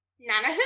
Nana